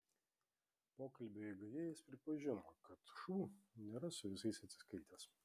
pokalbio eigoje jis pripažino kad šu nėra su visais atsiskaitęs